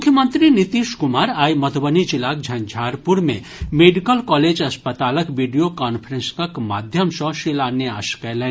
मुख्यमंत्री नीतीश कुमार आइ मधुबनी जिलाक झंझारपुर मे मेडिकल कॉलेज अस्पतालक वीडियो कांफ्रेंसिंगक माध्यम सँ शिलान्यास कयलनि